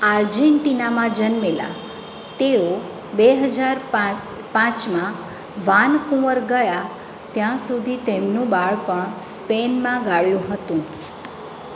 આર્જેન્ટિનામાં જન્મેલા તેઓ બે હજાર પાંચમાં વાનકુવર ગયા ત્યાં સુધી તેમનું બાળપણ સ્પેનમાં ગાળ્યું હતું